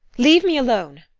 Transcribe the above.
leave me alone!